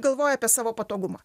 galvoja apie savo patogumą